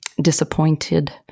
disappointed